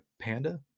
panda